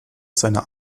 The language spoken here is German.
seiner